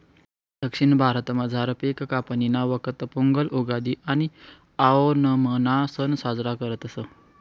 दक्षिण भारतामझार पिक कापणीना वखत पोंगल, उगादि आणि आओणमना सण साजरा करतस